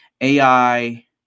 AI